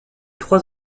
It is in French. trois